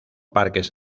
parques